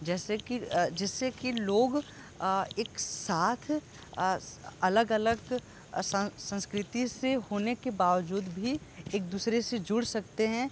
जैसे कि जिससे कि लोग एक साथ अलग अलग सं संस्कृति से होने के बावजूद भी एक दूसरे से जुड़ सकते हैं